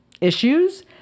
issues